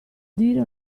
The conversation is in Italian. dire